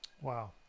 Wow